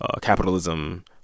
capitalism